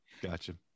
Gotcha